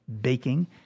baking